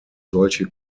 solche